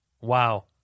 Wow